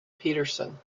peterson